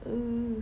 ugh